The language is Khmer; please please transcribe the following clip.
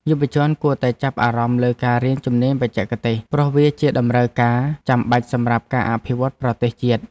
យុវជនគួរតែចាប់អារម្មណ៍លើការរៀនជំនាញបច្ចេកទេស ព្រោះវាជាតម្រូវការចាំបាច់សម្រាប់ការអភិវឌ្ឍប្រទេសជាតិ។